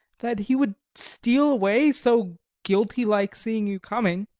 that he would steal away so guilty-like, seeing you coming.